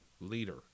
leader